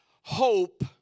hope